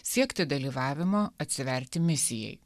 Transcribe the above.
siekti dalyvavimo atsiverti misijai